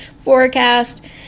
forecast